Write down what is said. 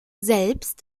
selbst